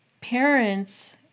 parents